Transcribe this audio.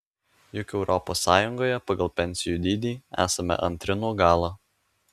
juk europos sąjungoje pagal pensijų dydį esame antri nuo galo